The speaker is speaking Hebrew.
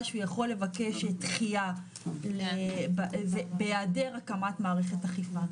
שהוא יכול לבקש דחייה זה בהעדר הקמת מערכת אכיפה.